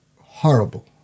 horrible